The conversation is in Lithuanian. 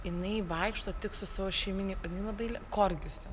jinai vaikšto tik su savo šeimini jinai labai l korgis ten